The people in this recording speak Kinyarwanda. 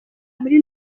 muri